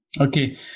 okay